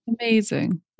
Amazing